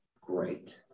great